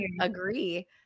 agree